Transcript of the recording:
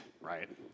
right